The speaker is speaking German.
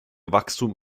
wachstum